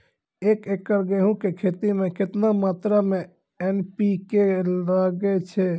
एक एकरऽ गेहूँ के खेती मे केतना मात्रा मे एन.पी.के लगे छै?